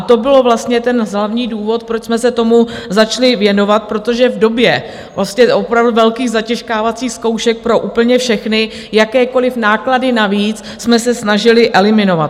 To byl vlastně ten hlavní důvod, proč jsme se tomu začali věnovat, protože v době opravdu velkých zatěžkávacích zkoušek pro úplně všechny jakékoliv náklady navíc jsme se snažili eliminovat.